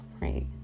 right